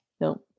No